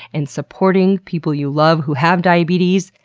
and supporting people you love who have diabetes,